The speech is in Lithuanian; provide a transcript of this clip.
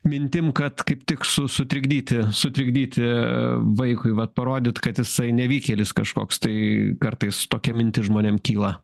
mintim kad kaip tik su sutrikdyti sutrikdyti vaikui vat parodyt kad jisai nevykėlis kažkoks tai kartais tokia mintis žmonėm kyla